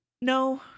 no